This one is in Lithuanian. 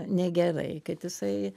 negerai kad jisai